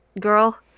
girl